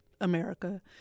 America